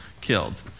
killed